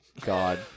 God